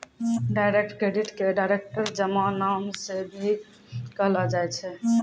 direct credit के direct जमा नाम से भी कहलो जाय छै